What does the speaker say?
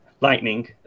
Lightning